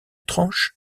tranche